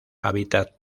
hábitat